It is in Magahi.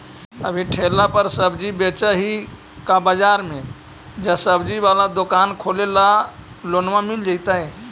अभी ठेला पर सब्जी बेच ही का बाजार में ज्सबजी बाला दुकान खोले ल लोन मिल जईतै?